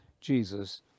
Jesus